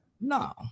No